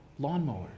lawnmowers